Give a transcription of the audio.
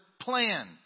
plan